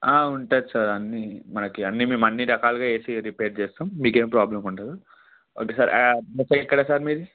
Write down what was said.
ఉంటుంది సార్ అన్నీ మనకు అన్నీమేము అన్నీ రకాలుగా ఏసీ రిపేర్ చేస్తాం మీకు ఏమి ప్రాబ్లమ్ ఉండదు వద్దు సార్ మొత్తం ఎక్కడ సార్ మీది